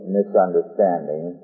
misunderstanding